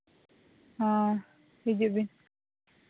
ᱦᱚᱸ ᱦᱤᱡᱩᱜ ᱵᱤᱱ